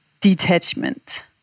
detachment